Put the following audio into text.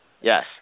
Yes